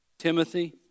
Timothy